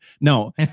No